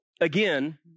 again